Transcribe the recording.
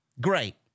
Great